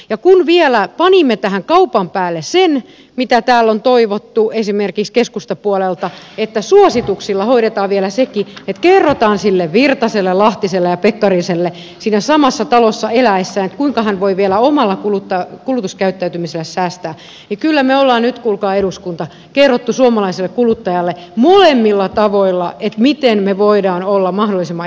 kun vielä panimme tähän kaupan päälle sen mitä täällä on toivottu esimerkiksi keskustan puolelta että suosituksilla hoidetaan vielä sekin että kerrotaan virtaselle lahtiselle ja pekkariselle siinä samassa talossa eläessään kuinka he voivat vielä omalla kulutuskäyttäytymisellään säästää niin kyllä me olemme nyt kuulkaa eduskunta kertoneet suomalaiselle kuluttajalle molemmilla tavoilla miten me voimme olla mahdollisimman energiatehokkaita